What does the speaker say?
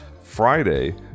friday